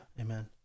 amen